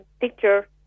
picture